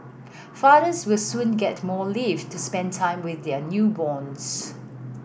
fathers will soon get more leave to spend time with their newborns